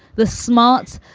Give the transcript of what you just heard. the smart,